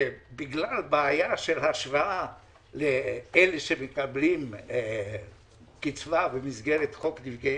ובגלל בעיה של השוואה לאלה שמקבלים קצבה במסגרת חוק- -- נאצים,